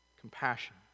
Compassion